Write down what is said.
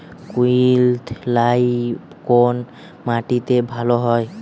কুলত্থ কলাই কোন মাটিতে ভালো হয়?